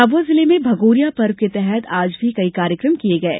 झाबुआ जिले में भगोरिया पर्व के तहत आज भी कई कार्यक्रम किये गये